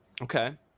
Okay